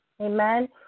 Amen